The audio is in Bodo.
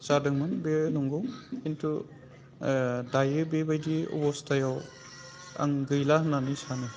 जादोंमोन बे नंगौ खिन्थु दायो बेबायदि अबस्थायाव आं गैला होननानै सानो